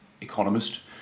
economist